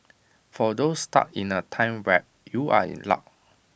for those stuck in A time warp you are in luck